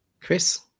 Chris